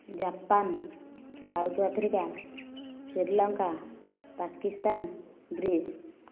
Japan south Africa Sri Lanka Pakistan Greece